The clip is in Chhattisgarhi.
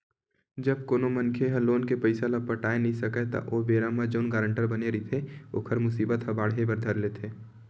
जब कोनो मनखे ह लोन के पइसा ल पटाय नइ सकय त ओ बेरा म जउन गारेंटर बने रहिथे ओखर मुसीबत ह बाड़हे बर धर लेथे